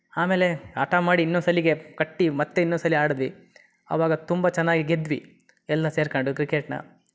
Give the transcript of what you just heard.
ಆಮೇಲೆ ಹಠ ಮಾಡಿ ಇನ್ನೊಂದು ಸಲಗೆ ಕಟ್ಟಿ ಮತ್ತೆ ಇನ್ನೊಂದು ಸಲ ಆಡಿದ್ವಿ ಅವಾಗ ತುಂಬ ಚೆನ್ನಾಗಿ ಗೆದ್ವಿ ಎಲ್ಲ ಸೇರ್ಕೊಂಡು ಕ್ರಿಕೆಟ್ನ